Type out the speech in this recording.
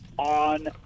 On